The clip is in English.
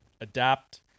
adapt